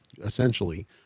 essentially